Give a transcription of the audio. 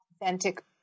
authentic